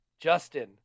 Justin